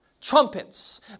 Trumpets